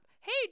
hey